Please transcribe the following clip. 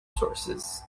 sources